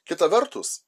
kita vertus